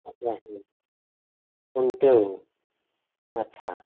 ᱦᱮᱸ ᱦᱮᱸ ᱠᱷᱩᱱᱴᱟᱹᱣ ᱟᱪᱪᱷᱟ